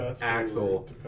Axel